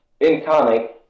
incarnate